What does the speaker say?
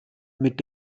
mit